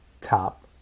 top